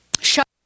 shut